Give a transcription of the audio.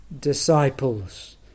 disciples